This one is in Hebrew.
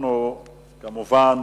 אנחנו, כמובן,